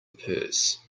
purse